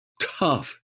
tough